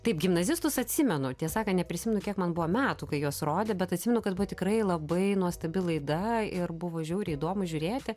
taip gimnazistus atsimenu tiesą sakant neprisimenu kiek man buvo metų kai juos rodė bet atsimenu kad buvo tikrai labai nuostabi laida ir buvo žiauriai įdomu žiūrėti